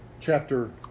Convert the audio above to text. chapter